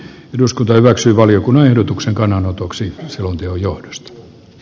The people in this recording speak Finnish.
eduskunta hyväksyy valiokunnan ehdotuksen kannanotoksi selonteon johdosta